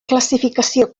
classificació